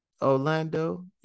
Orlando